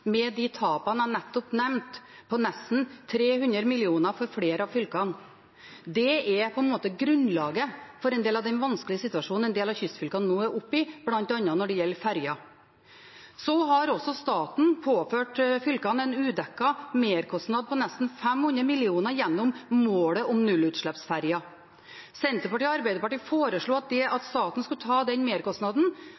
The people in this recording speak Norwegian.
med de tapene jeg nettopp nevnte på nesten 300 mill. kr for flere av fylkene. Det er grunnlaget for den vanskelige situasjonen en del av kystfylkene nå er oppe i, bl.a. når det gjelder ferjer. Staten har også påført fylkene en udekket merkostnad på nesten 500 mill. kr gjennom målet om nullutslippsferjer. Senterpartiet og Arbeiderpartiet foreslo at staten skulle ta den merkostnaden. Høyre og Fremskrittspartiet ønsket ikke det,